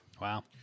Wow